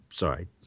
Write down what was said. Sorry